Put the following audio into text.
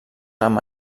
amb